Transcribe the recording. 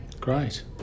Great